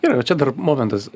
gerai čia dar momentas